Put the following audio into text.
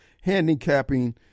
handicapping